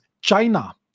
China